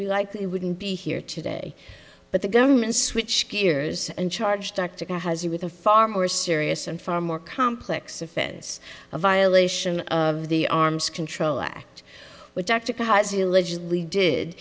and likely wouldn't be here today but the government's switch gears and charged with a far more serious and far more complex offense a violation of the arms control act which d